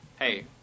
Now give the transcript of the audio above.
hey